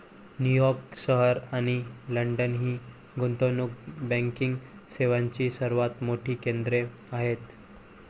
New York शहर आणि London ही गुंतवणूक बँकिंग सेवांची सर्वात मोठी केंद्रे आहेत